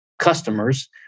customers